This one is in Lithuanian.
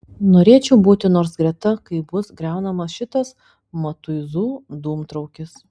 norėčiau būti nors greta kai bus griaunamas šitas matuizų dūmtraukis